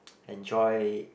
enjoy